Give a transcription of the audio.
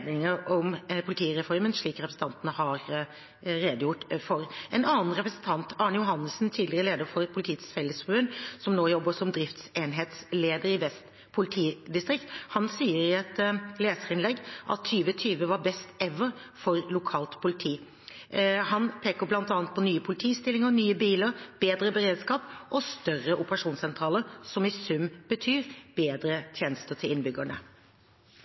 om politireformen, slik representantene har redegjort for. En annen representant, Arne Johannessen, tidligere leder for Politiets Fellesforbund, som nå jobber som driftsenhetsleder i Vest politidistrikt, sier i et leserinnlegg at 2020 var «best ever» for lokalt politi. Han peker bl.a. på nye politistillinger, nye biler, bedre beredskap og større operasjonssentraler, som i sum betyr bedre tjenester til innbyggerne.